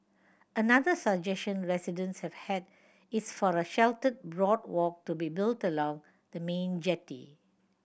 another suggestion residents have had is for a sheltered boardwalk to be built along the main jetty